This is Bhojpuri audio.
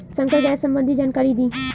संकर गाय सबंधी जानकारी दी?